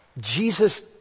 Jesus